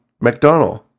McDonald